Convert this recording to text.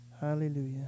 Hallelujah